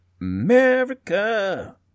America